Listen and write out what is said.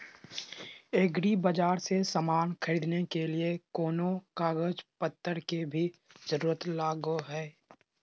एग्रीबाजार से समान खरीदे के लिए कोनो कागज पतर के भी जरूरत लगो है?